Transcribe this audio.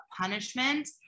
punishment